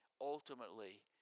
ultimately